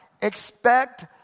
expect